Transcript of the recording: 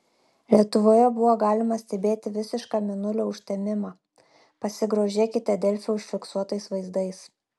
lietuvoje buvo galima stebėti visišką mėnulio užtemimą pasigrožėkite delfi užfiksuotais vaizdais